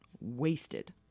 Wasted